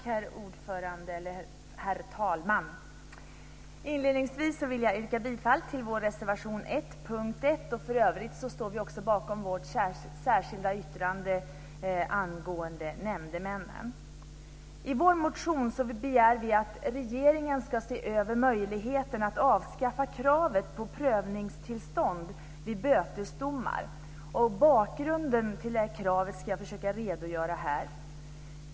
Herr talman! Inledningsvis vill jag yrka bifall till reservation 1 under punkt 1. För övrigt står vi också bakom vårt särskilda yttrande angående nämndemännen. I vår motion begär vi att regeringen ska se över möjligheten att avskaffa kravet på prövningstillstånd vid bötesdomar. Jag ska här försöka redogöra för bakgrunden till kravet.